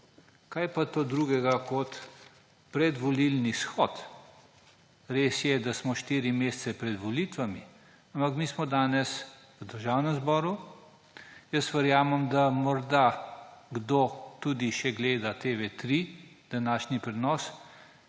Kaj pa je to drugega kot predvolilni shod? Res je, da smo štiri mesece pred volitvami, ampak mi smo danes v Državnem zboru. Jaz verjamem, da morda kdo tudi še gleda TV 3, današnji prenos,